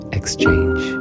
exchange